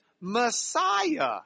Messiah